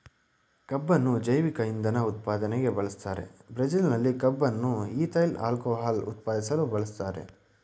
ಕಬ್ಬುನ್ನು ಜೈವಿಕ ಇಂಧನ ಉತ್ಪಾದನೆಗೆ ಬೆಳೆಸ್ತಾರೆ ಬ್ರೆಜಿಲ್ನಲ್ಲಿ ಕಬ್ಬನ್ನು ಈಥೈಲ್ ಆಲ್ಕೋಹಾಲ್ ಉತ್ಪಾದಿಸಲು ಬಳಸ್ತಾರೆ